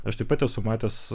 aš taip pat esu matęs